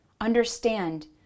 Understand